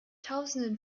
tausenden